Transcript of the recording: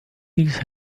these